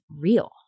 real